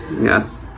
Yes